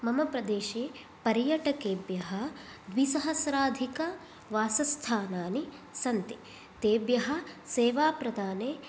मम प्रदेशे पर्यटकेभ्यः द्विसहस्राधिक वासस्थानानि सन्ति तेभ्यः सेवा प्रदाने